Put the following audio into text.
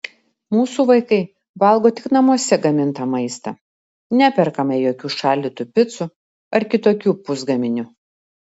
mūsų vaikai valgo tik namuose gamintą maistą neperkame jokių šaldytų picų ar kitokių pusgaminių